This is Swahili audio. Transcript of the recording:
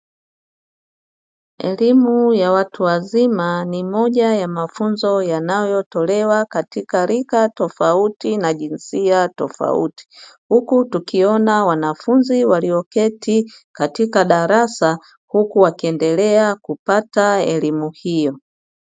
Elimu ya watu wazima ni moja ya mafunzo yanayotolewa katika rika tofauti na jinsia tofauti, huku tukiona wanafunzi waliyoketi katika darasa huku wakiendelea kupata elimu hiyo.